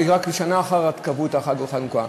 רק שנה אחרי שקבעו את חג החנוכה,